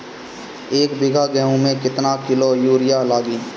एक बीगहा गेहूं में केतना किलो युरिया लागी?